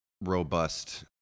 robust